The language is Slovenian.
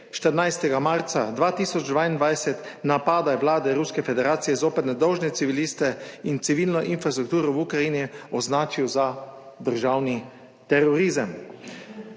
14. marca 2022 napad vlade Ruske federacije zoper nedolžne civiliste in civilno infrastrukturo v Ukrajini označil za državni terorizem.